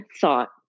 thought